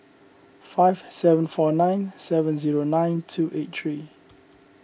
five seven four nine seven zero nine two eight three